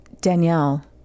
Danielle